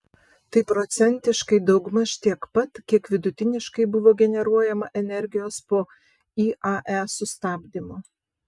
tai procentiškai daugmaž tiek pat kiek vidutiniškai buvo generuojama energijos po iae sustabdymo